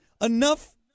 enough